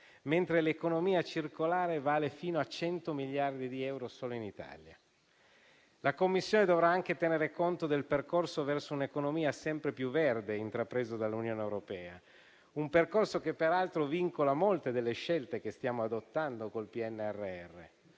mentre l'economia circolare vale fino a 100 miliardi di euro solo in Italia. La Commissione dovrà anche tenere conto del percorso verso un'economia sempre più verde intrapreso dall'Unione europea, un percorso che peraltro vincola molte delle scelte che stiamo adottando con il PNRR.